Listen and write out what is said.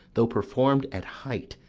though perform'd at height,